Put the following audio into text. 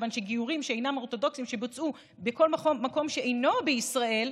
כיוון שגיורים שאינם אורתודוקסיים שבוצעו בכל מקום שאינו ישראל,